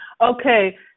Okay